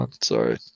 Sorry